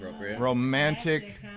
romantic